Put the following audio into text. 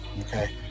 okay